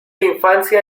infancia